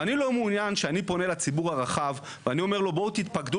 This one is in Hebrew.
ואני לא מעוניין כשאני פונה לציבור הרחב ואני אומר לו בואו תתפקדו